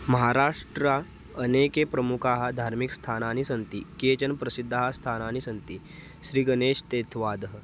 महाराष्ट्रे अनेके प्रमुखानि धार्मिकस्थानानि सन्ति केचन प्रसिद्धानि स्थानानि सन्ति श्रीगणेशः तेत्वादः